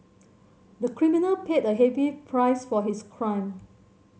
the criminal paid a heavy price for his crime